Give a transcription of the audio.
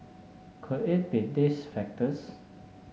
could it be these factors